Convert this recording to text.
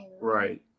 Right